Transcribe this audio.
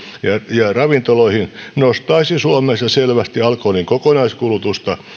ja ravintoloihin nostaisi suomessa selvästi alkoholin kokonaiskulutusta